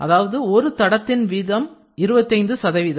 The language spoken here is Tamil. அதாவது ஒரு தடத்தின் 25 சதவீதம்